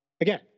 again